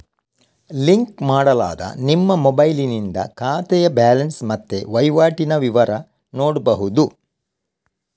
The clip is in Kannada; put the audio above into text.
ಲಿಂಕ್ ಮಾಡಲಾದ ನಿಮ್ಮ ಮೊಬೈಲಿನಿಂದ ಖಾತೆಯ ಬ್ಯಾಲೆನ್ಸ್ ಮತ್ತೆ ವೈವಾಟಿನ ವಿವರ ನೋಡ್ಬಹುದು